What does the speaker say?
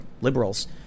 liberals